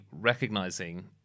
recognizing